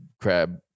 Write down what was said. Crab